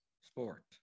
sport